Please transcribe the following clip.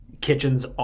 kitchens